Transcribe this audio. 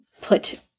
put